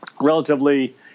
relatively